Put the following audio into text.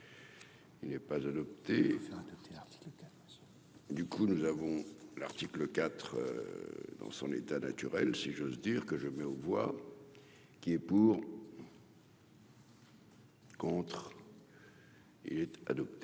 faire adopter. Du coup, nous avons l'article 4 dans son état naturel, si j'ose dire que je mets aux voix qui est pour. Contre il était adopté.